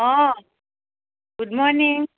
O good morning